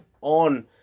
on